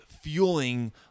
fueling